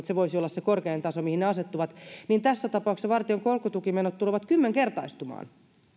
se voisi olla korkein taso mihin ne asettuvat niin tässä tapauksessa valtion korkotukimenot tulevat kymmenkertaistumaan